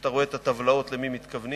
אתה רואה את הטבלאות למי מתכוונים,